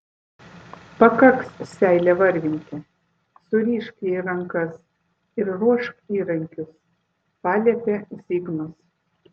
pakaks seilę varvinti surišk jai rankas ir ruošk įrankius paliepė zigmas